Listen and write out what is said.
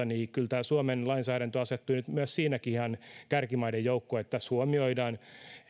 niin kyllä tämä suomen lainsäädäntö asettuu myös siinäkin ihan kärkimaiden joukkoon tässä huomioidaan